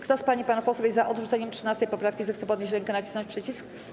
Kto z pań i panów posłów jest za odrzuceniem 13. poprawki, zechce podnieść rękę i nacisnąć przycisk.